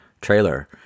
trailer